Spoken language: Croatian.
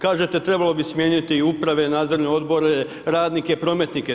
Kažete trebalo bi smijeniti uprave, nadzorne odbore, radnike, prometnike.